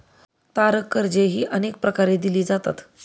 तारण कर्जेही अनेक प्रकारे दिली जातात